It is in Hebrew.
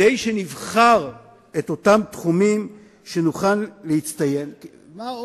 כדי שנבחר את התחומים שנוכל להצטיין בהם,